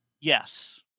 Yes